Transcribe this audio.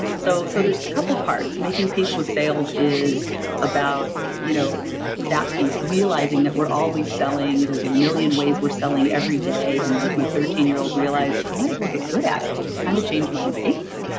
so so there's a couple parts. making peace with sales is about you know that peace realizing that we're always selling and there's a million ways we're selling every day. and like my thirteen year old realized i might as well get good at it, it kind of changed my life,